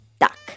duck